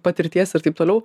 patirties ir taip toliau